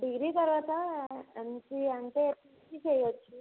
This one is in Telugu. డిగ్రీ తరువాత ఏమ్సీఏ అంటే పీజీ చెయ్యచ్చు